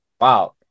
Wow